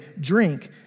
Drink